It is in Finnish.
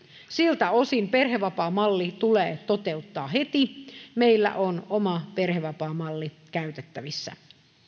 siltä osin perhevapaamalli tulee toteuttaa heti meillä on oma perhevapaamalli käytettävissä